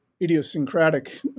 idiosyncratic